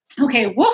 okay